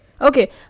okay